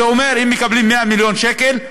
זה אומר, אם מקבלים 100 מיליון שקל,